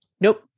Nope